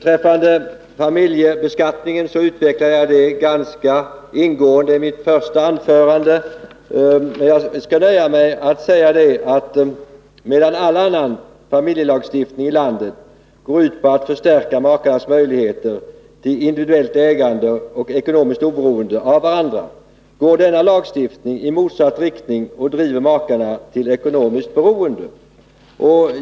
Frågan om familjebeskattningen utvecklade jag ganska ingående i mitt första anförande. Jag skall nu nöja mig med att säga, att medan all annan familjelagstiftning i landet går ut på att förstärka makarnas möjligheter till individuellt ägande och ekonomiskt oberoende av varandra, går denna lagstiftning i motsatt riktning och driver makarna till ekonomiskt beroende.